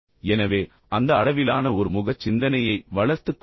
எனவே அந்த அளவிலான ஒரு முகச் சிந்தனையை வளர்த்துக் கொள்ளுங்கள்